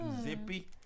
zippy